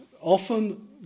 often